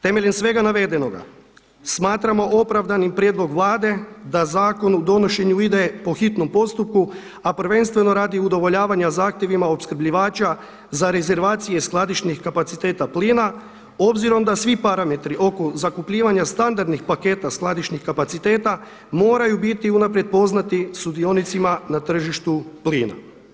Temeljem svega navedenoga, smatramo opravdanim prijedlog Vlade da zakon u donošenju ide po hitnom postupku, a prvenstveno radi udovoljavanja zahtjevima opskrbljivača za rezervacije skladišnih kapaciteta plina obzirom da svi parametri oko zakupljivanja standardnih paketa skladišnih kapaciteta moraju biti unaprijed poznati sudionicima na tržištu plina.